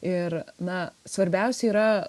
ir na svarbiausia yra